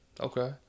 Okay